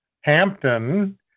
Hampton